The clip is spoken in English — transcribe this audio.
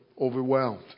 overwhelmed